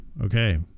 Okay